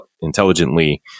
intelligently